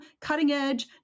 cutting-edge